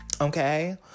Okay